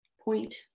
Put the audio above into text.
point